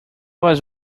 was